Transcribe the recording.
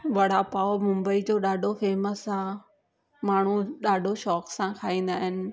वड़ा पाओ मुंबई जो ॾाढो फेमस आहे माण्हू ॾाढो शौक़ सां खाईंदा आहिनि